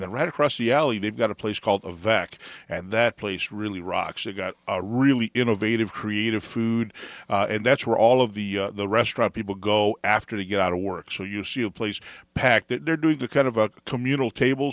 then right across the alley they've got a place called of back and that place really rocks it got really innovative creative food and that's where all of the restaurant people go after they get out of work so you see a place packed that they're doing the kind of a communal table